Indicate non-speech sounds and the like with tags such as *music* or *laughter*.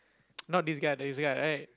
*noise* not this guy this guy right